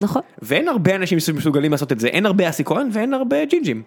נכון ואין הרבה אנשים מסוגלים לעשות את זה אין הרבה אסי כהן ואין הרבה ג'ינג'ים.